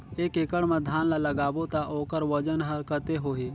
एक एकड़ मा धान ला लगाबो ता ओकर वजन हर कते होही?